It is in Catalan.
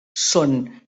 són